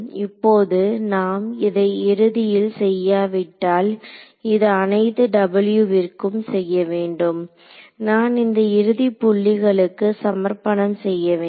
இப்போது நாம் இதை இறுதியில் செய்யாவிட்டால் இது அனைத்து W ற்க்கும் செய்ய வேண்டும் நான் இந்த இறுதி புள்ளிகளுக்கு சமர்ப்பணம் செய்ய வேண்டும்